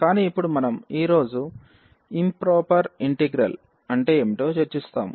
కానీ ఇప్పుడు మనం ఈ రోజు ఇంప్రొపర్ ఇంటిగ్రల్ అంటే ఏమిటో చర్చిస్తాం